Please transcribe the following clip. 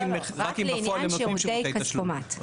רק אם בפועל הם נותנים שירותי תשלום?